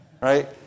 right